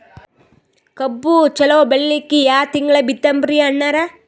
ಕಬ್ಬು ಚಲೋ ಬೆಳಿಲಿಕ್ಕಿ ಯಾ ತಿಂಗಳ ಬಿತ್ತಮ್ರೀ ಅಣ್ಣಾರ?